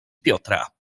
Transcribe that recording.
piotra